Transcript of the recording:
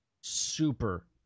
super